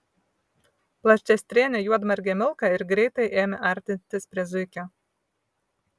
plačiastrėnė juodmargė milka ir greitai ėmė artintis prie zuikio